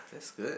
that's good